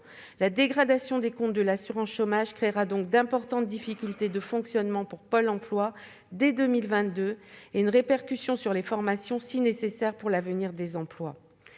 La dégradation des comptes de l'assurance chômage créera donc d'importantes difficultés de fonctionnement pour Pôle emploi dès 2022 et elle aura une répercussion sur les formations, pourtant si nécessaires pour l'avenir des emplois.